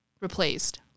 Replaced